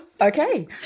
Okay